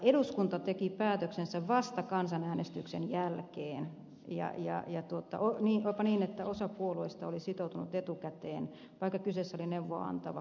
eduskunta teki päätöksensä vasta kansanäänestyksen jälkeen ja oliko niin että osa puolueista oli sitoutunut etukäteen vaikka kyseessä oli neuvoa antava kansanäänestys